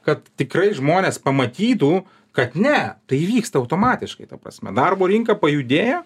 kad tikrai žmonės pamatytų kad ne tai įvyksta automatiškai ta prasme darbo rinka pajudėjo